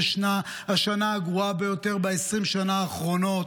זו השנה הגרועה ביותר ב-20 שנה האחרונות.